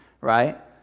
right